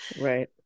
Right